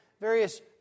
various